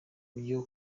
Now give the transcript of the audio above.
byo